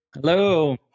Hello